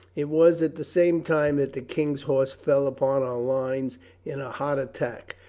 it was at the same time that the king's horse fell upon our lines in a hot attack,